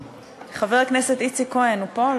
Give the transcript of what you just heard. חבר הכנסת איציק כהן, הוא פה?